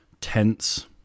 tense